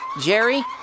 Jerry